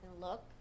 look